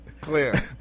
clear